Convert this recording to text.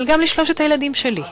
אבל גם לשלושת הילדים שלי,